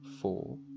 four